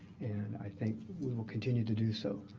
and i think we will continue to do so.